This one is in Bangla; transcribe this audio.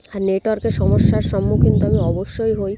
আর নেটওয়ার্কের সমস্যার সম্মুখীন তো আমি অবশ্যই হই